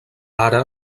ara